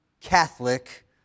Catholic